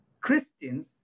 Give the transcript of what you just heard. Christians